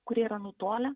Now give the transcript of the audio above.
kurie yra nutolę